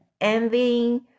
envying